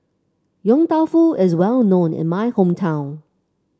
Yong Tau Foo is well known in my hometown